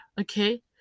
okay